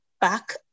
back